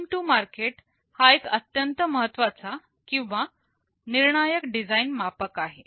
time to market हा एक अत्यंत महत्त्वाचा किंवा निर्णायक डिझाईन मापक आहे